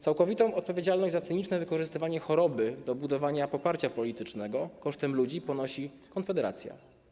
Całkowitą odpowiedzialność za cyniczne wykorzystywanie choroby do budowania poparcia politycznego kosztem ludzi ponosi Konfederacja.